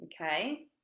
Okay